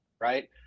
right